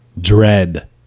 Dread